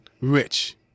rich